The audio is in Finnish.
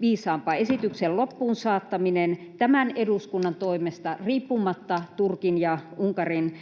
viisaampaa: esityksen loppuun saattaminen tämän eduskunnan toimesta riippumatta Turkin ja Unkarin